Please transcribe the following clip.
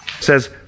says